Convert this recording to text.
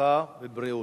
הרווחה והבריאות.